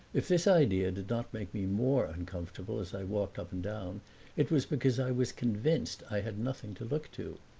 if this idea did not make me more uncomfortable as i walked up and down it was because i was convinced i had nothing to look to.